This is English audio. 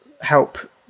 help